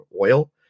oil